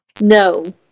No